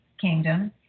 kingdom